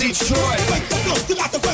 Detroit